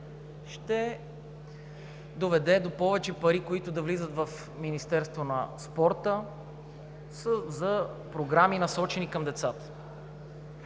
ще доведе до повече пари, които да влизат в Министерството на спорта за програми, насочени към децата.